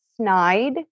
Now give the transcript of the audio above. snide